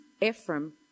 Ephraim